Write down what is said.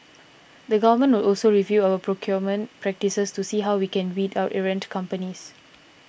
the Government will also review our procurement practices to see how we can weed out errant companies